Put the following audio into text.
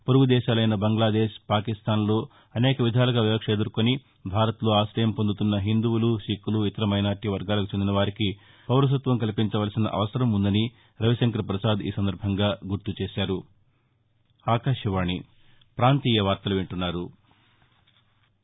పొరుగు దేశాలైన బంగ్లాదేశ్ పాకిస్టాన్లో అనేక విధాలుగా వివక్ష ఎదుర్కొని భారత్లో ఆక్రయం పొందుతున్న హిందువులు సిక్కులు ఇతర మైనారిటీ వర్గాలకు చెందిన వారికి పౌరసత్వం కల్పించాల్సిన అవసరం ఉందని రవిశంకర్పసాద్ ఈ సందర్భంగా గుర్తుచేశారు